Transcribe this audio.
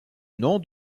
nom